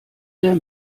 der